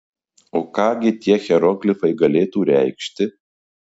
o ką gi tie hieroglifai galėtų reikšti